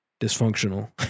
dysfunctional